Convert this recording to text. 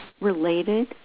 related